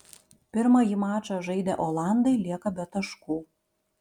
pirmąjį mačą žaidę olandai lieka be taškų